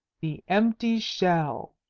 the empty shell!